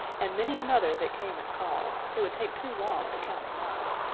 and many another that came at call it would take too long to count them all.